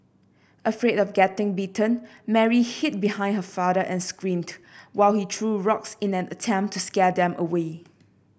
afraid of getting bitten Mary hid behind her father and screamed while he threw rocks in an attempt to scare them away